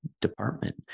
department